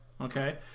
Okay